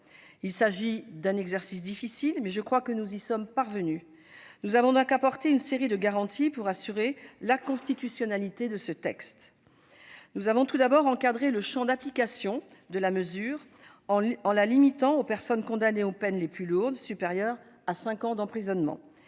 Il s'agit d'un exercice difficile, mais je crois que nous y sommes parvenus. Nous avons apporté une série de garanties pour assurer la constitutionnalité de la mesure. Nous avons tout d'abord encadré le champ d'application de la mesure, en la limitant aux personnes condamnées aux peines les plus lourdes, supérieures à cinq ans d'emprisonnement.